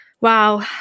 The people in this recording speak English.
Wow